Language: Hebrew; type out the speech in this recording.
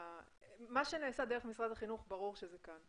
מה שנעשה על ידי משרד החינוך, ברור שזה כאן.